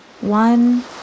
One